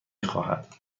خواهد